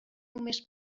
només